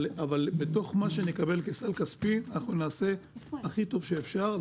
אבל בתוך מה שנקבל כסל כספי נעשה הכי טוב שאפשר.